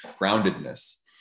groundedness